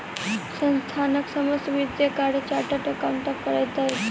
संस्थानक समस्त वित्तीय कार्य चार्टर्ड अकाउंटेंट करैत अछि